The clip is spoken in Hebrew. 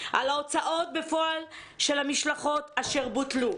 על ההוצאות בפועל של המשלחות אשר בוטלו?